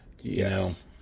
Yes